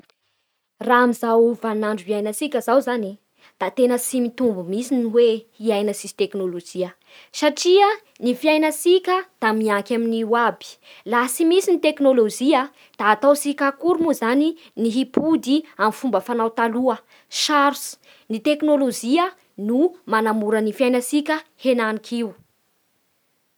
Raha amin'izao vaninandro iainantsika zao zany e da tena tsy mitomby mihintsy ny hoe hiaina tsisy teknôlôjia. Satria ny fiainantsika da mianky amin'io iaby. Laha tsy misy ny teknôlôjia da ataotsika akory moa zany ny hipody amin'ny fomba fanao taloha, sarotsy. Ny teknôlôjia no manamora ny fiainatsika henaniky io.